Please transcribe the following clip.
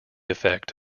effect